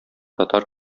татар